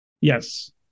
Yes